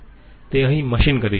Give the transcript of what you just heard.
તે અહીં મશીન કરી શકે છે